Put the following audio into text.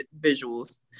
visuals